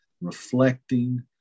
reflecting